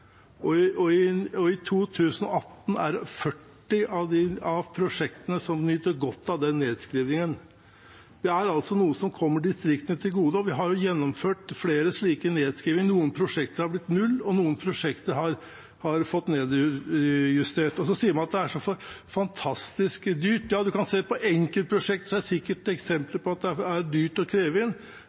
mill. kr i året, og i 2018 er det 40 av prosjektene som nyter godt av den nedskrivingen. Det er noe som kommer distriktene til gode, og vi har gjennomført flere slike nedskrivinger. Noen prosjekter har blitt 0, og noen prosjekter har fått en nedjustering. Så sier man at det er så fantastisk dyrt. Ja, en kan se på enkeltprosjekter, og det er sikkert eksempler på at det er dyrt å kreve inn.